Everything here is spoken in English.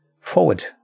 forward